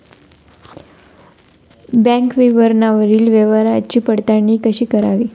Bank विवरणावरील व्यवहाराची पडताळणी कशी करावी?